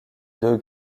deux